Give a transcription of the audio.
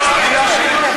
לא,